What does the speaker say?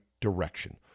direction